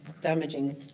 damaging